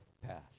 path